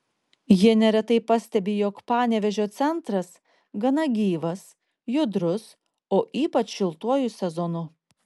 jie neretai pastebi jog panevėžio centras gana gyvas judrus o ypač šiltuoju sezonu